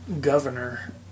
governor